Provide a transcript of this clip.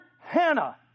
Hannah